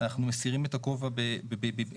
אנחנו מסירים את הכובע בפניהם.